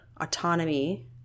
autonomy